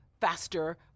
faster